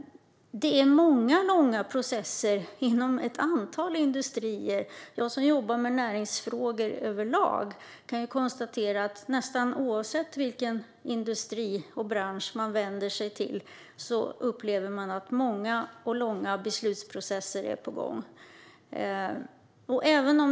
Det är många och långa processer inom ett antal industrier. Jag som jobbar med näringsfrågor överlag kan konstatera att nästan oavsett vilken industri och bransch jag vänder mig till upplever man många och långa beslutsprocesser.